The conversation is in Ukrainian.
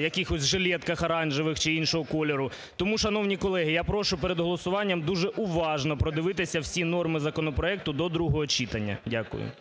якихось жилетках оранжевих чи іншого кольору. Тому, шановні колеги, я прошу перед голосування дуже уважно продивитися всі нормі законопроекту до другого читання. Дякую.